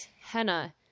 henna